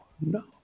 no